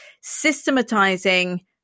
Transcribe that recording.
systematizing